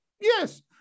yes